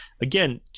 Again